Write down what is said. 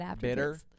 Bitter